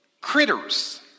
critters